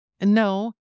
No